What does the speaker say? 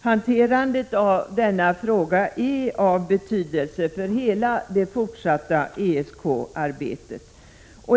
Hanteringen av denna fråga är av betydelse för hela det fortsatta ESK-arbetet.